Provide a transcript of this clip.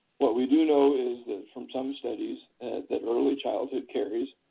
what we do know is from studies that early childhood caries,